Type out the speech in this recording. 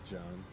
John